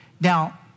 Now